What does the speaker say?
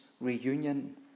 reunion